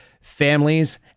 families